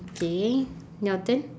okay your turn